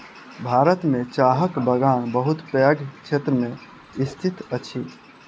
भारत में चाहक बगान बहुत पैघ क्षेत्र में स्थित अछि